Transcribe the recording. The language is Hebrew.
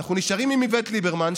אנחנו נשארים עם איווט ליברמן,